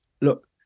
look